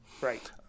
Right